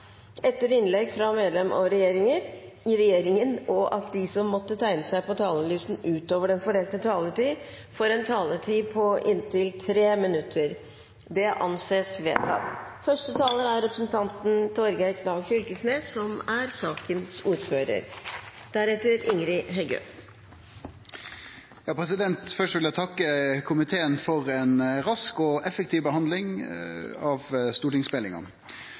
etter innlegg fra medlemmer av regjeringen, og at de som måtte tegne seg på talerlisten utover den fordelte taletid, får en taletid på inntil 3 minutter. – Det anses vedtatt. Først vil eg takke komiteen for ei rask og effektiv behandling av